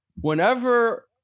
Whenever